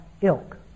ilk